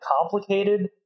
complicated